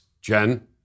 Jen